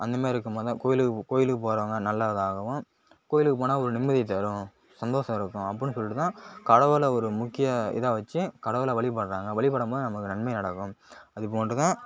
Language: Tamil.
அந்த மாதிரி இருக்கும் போது தான் கோயிலுக்கு போ கோயிலுக்கு போகிறவங்க நல்லதாகவும் கோயிலுக்கு போனால் ஒரு நிம்மதியை தரும் சந்தோஷம் இருக்கும் அப்படினு சொல்லிவிட்டு தான் கடவுளை ஒரு முக்கிய இதாக வச்சு கடவுளை வழிபடுறாங்க வழிபடும் போது நமக்கு நன்மை நடக்கும் அது போன்றுதான்